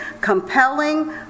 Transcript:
compelling